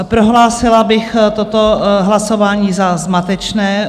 Prohlásila bych toto hlasování za zmatečné.